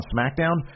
SmackDown